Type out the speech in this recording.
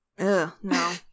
No